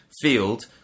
field